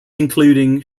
including